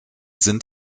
sind